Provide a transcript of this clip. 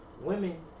women